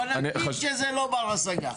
בוא נגיד שזה לא בר השגה,